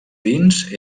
dins